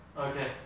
Okay